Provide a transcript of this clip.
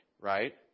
right